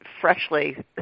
freshly